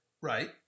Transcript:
Right